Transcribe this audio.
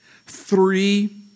three